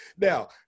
Now